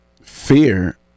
fear